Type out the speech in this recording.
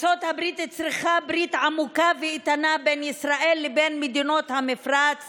ארצות הברית צריכה ברית עמוקה ואיתנה בין ישראל לבין מדינות המפרץ